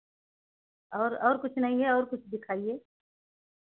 और और कुछ नहीं है और कुछ दिखाइए